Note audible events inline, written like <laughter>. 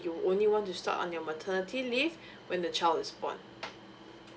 you only want to start on your maternity leave <breath> when the child is born